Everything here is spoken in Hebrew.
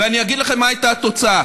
ואני אגיד לכם מה הייתה התוצאה: